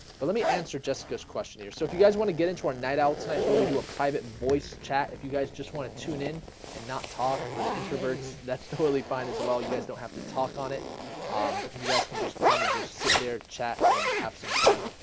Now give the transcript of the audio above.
but let me and sir jessica's question here so if you guys want to get into our night out tonight's where we do a private voice chat if you guys just want to tune in and not talk for the introverts, that's totally fine as well you guys don't have to talk on it um you guys can just come and just sit there chat and have some fun,